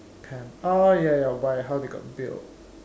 pam~ oh ya ya by how they got billed